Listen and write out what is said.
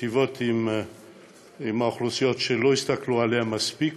מיטיבות עם האוכלוסיות שלא הסתכלו עליהן מספיק,